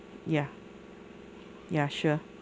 ya ya sure